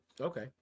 Okay